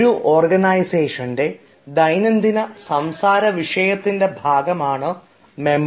ഒരു ഓർഗനൈസേഷൻ ദൈനംദിന സംസാര വിഷയത്തിൻറെ ഭാഗമാണ് മെമ്മോ